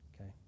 Okay